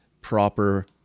proper